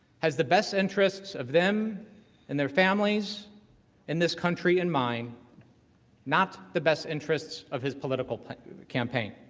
as the best interests of them and their families in this country in mind not the best interests of his political campaign